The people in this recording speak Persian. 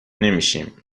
نمیشیم